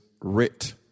writ